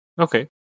okay